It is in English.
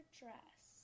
dress